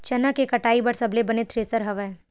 चना के कटाई बर सबले बने थ्रेसर हवय?